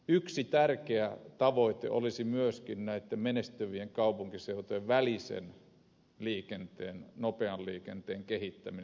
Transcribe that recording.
yksi tärkeä tavoite olisi myöskin näitten menestyvien kaupunkiseutujen välisen nopean liikenteen kehittäminen